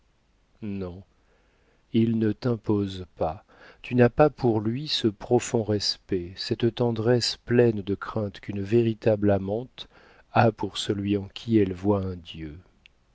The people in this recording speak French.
non il ne t'impose pas tu n'as pas pour lui ce profond respect cette tendresse pleine de crainte qu'une véritable amante a pour celui en qui elle voit un dieu